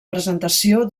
presentació